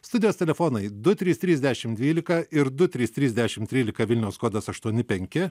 studijos telefonai du trys trys dešim dvylika ir du trys trys dešim tryliks vilniaus kodas aštuoni penki